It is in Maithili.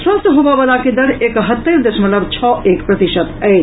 स्वस्थ होबयवला के दर एकहत्तरि दशमलव छओ एक प्रतिशत अछि